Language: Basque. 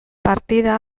partida